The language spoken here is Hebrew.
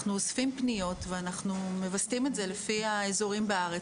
אנחנו אוספים פניות ואנחנו מווסתים את זה לפי האזורים בארץ.